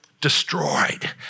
destroyed